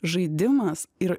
žaidimas ir